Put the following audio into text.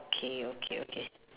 okay okay okay